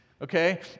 Okay